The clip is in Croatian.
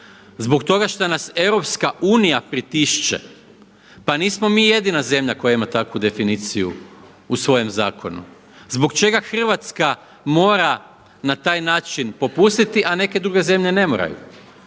Zbog toga što nas EU pritišće? Pa nismo mi jedina zemlja koja ima takvu definiciju u svojem zakonu. Zbog čega Hrvatska mora na taj način popustiti, a neke druge zemlje ne moraju?